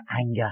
anger